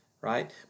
right